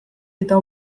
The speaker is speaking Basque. eta